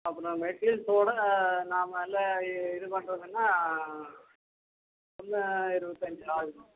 அப்போ நான் மெட்டீரியல்ஸோடு நாம் எல்லாம் இ இது பண்ணுறதுன்னா ஒன்று இருவத்தஞ்சு ஆகுங்க